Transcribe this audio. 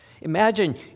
Imagine